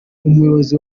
umuyobozi